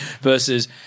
versus